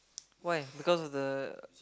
why because of the